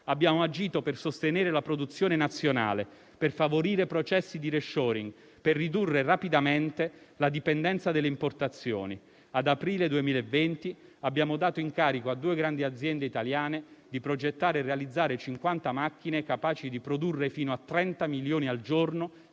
Abbiamo agito per sostenere la produzione nazionale, per favorire processi di *reshoring*, per ridurre rapidamente la dipendenza dalle importazioni. Ad aprile 2020, abbiamo dato incarico a due grandi aziende italiane di progettare e realizzare 50 macchine capaci di produrre fino a 30 milioni al giorno